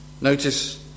Notice